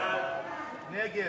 נגד.